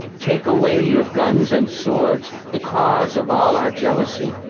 take away your guns and swords, the cause of all our jealousy,